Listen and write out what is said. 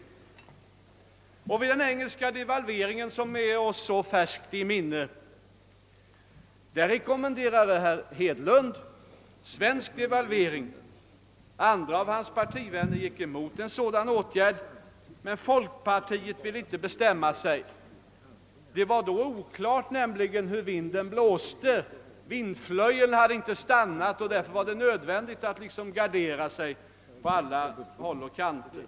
I frågan om den engelska devalveringen, som vi har i så färskt minne, rekommenderade herr Hedlund en svensk devalvering, en del av hans partivänner gick emot en sådan åtgärd, och folkpartiet ville inte bestämma sig. Det var då nämligen oklart hur vinden blåste. Vindflöjeln hade inte stannat, och därför var det nödvändigt att gardera sig på alla håll och kanter.